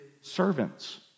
servants